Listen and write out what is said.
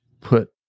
put